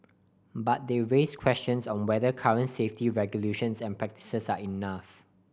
but they raise questions on whether current safety regulations and practices are enough